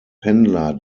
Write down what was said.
pendler